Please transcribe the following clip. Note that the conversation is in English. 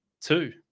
two